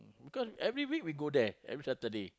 because every week we got there every Saturday